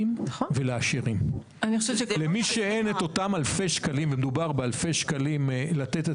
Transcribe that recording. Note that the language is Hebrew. שאין את אותם אלפי שקלים לתת את